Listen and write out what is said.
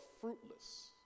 fruitless